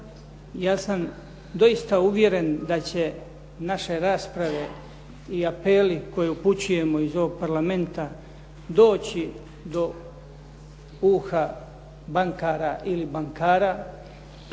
Ja sam doista uvjeren da će naše rasprave i apeli koje upućujemo iz ovog Parlamenta doći do uha bankara ili bankara